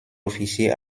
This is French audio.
officier